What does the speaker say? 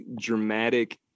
dramatic